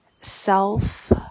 self